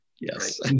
Yes